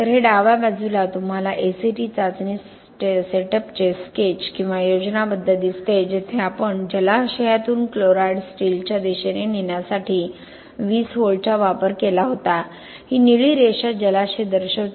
तर हे डाव्या बाजूला तुम्हाला ACT चाचणी सेटअपचे स्केच किंवा योजनाबद्ध दिसते जेथे आपण जलाशयातून क्लोराईड्स स्टीलच्या दिशेने नेण्यासाठी 20 व्होल्टचा वापर केला होता ही निळी रेषा जलाशय दर्शवते